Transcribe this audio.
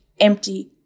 empty